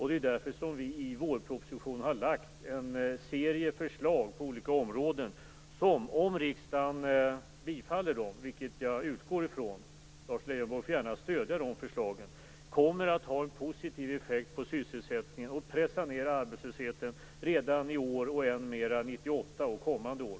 Det är därför som vi i vårpropositionen har lagt fram en serie förslag på olika områden som om riksdagen bifaller dem, vilket jag utgår från - Lars Leijonborg får gärna stödja dessa förslag - kommer att ha en positiv effekt på sysselsättningen och pressa ned arbetslösheten redan i år och än mer 1998 och kommande år.